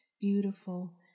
beautiful